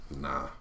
Nah